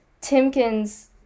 Timkins